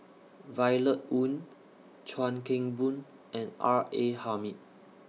Violet Oon Chuan Keng Boon and R A Hamid